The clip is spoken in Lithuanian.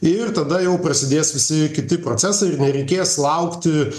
ir tada jau prasidės visi kiti procesai ir nereikės laukti